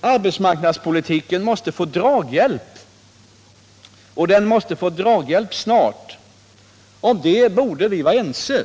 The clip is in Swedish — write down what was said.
Arbetsmarknadspolitiken måste få draghjälp — och det snart. Om detta borde vi vara ense.